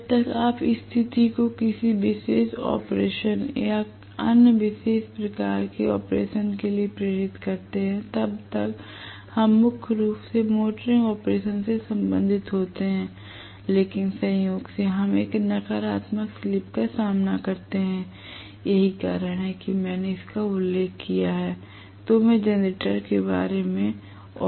जब तक आप स्थिति को किसी विशेष ऑपरेशन या अन्य विशेष प्रकार के ऑपरेशन के लिए प्रेरित करते हैं तब तक हम मुख्य रूप से मोटरिंग ऑपरेशन से संबंधित होते हैं लेकिन संयोग से हम एक नकारात्मक स्लिप का सामना करते हैं यही कारण है कि मैंने इसका उल्लेख किया है तो मैं जनरेटर के बारे में और बात नहीं करूंगा